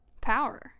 power